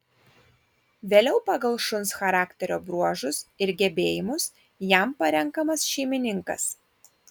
vėliau pagal šuns charakterio bruožus ir gebėjimus jam parenkamas šeimininkas